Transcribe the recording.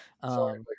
sorry